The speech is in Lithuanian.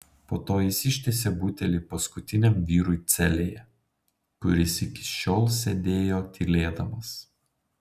po to jis ištiesė butelį paskutiniam vyrui celėje kuris iki šiol sėdėjo tylėdamas